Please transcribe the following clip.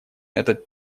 этот